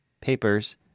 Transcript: papers